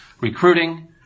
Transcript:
recruiting